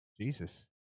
Jesus